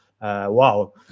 wow